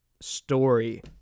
story